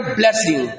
blessing